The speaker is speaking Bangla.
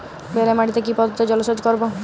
বেলে মাটিতে কি পদ্ধতিতে জলসেচ করব?